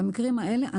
במקרים האלה,